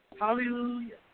hallelujah